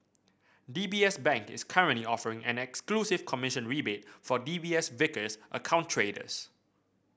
D B S Bank is currently offering an exclusive commission rebate for D B S Vickers account traders